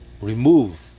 Remove